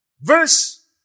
Verse